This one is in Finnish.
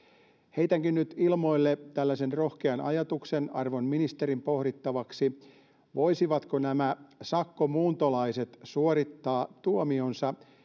heitänkin nyt ilmoille tällaisen rohkean ajatuksen arvon ministerin pohdittavaksi voisivatko nämä sakkomuuntolaiset suorittaa tuomionsa